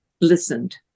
listened